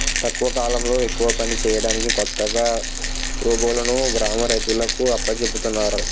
తక్కువ కాలంలో ఎక్కువ పని చేయడానికి కొత్తగా రోబోలును గ్రామ రైతులకు అప్పజెపుతున్నారు